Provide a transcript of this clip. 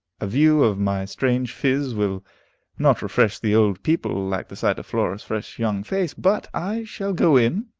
a view of my strange phiz will not refresh the old people like the sight of flora's fresh young face, but i shall go in,